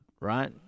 right